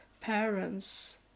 parents